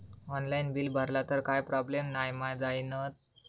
Online bill भरला तर काय प्रोब्लेम नाय मा जाईनत?